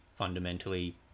Fundamentally